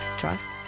trust